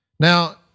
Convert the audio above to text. Now